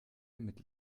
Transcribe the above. mit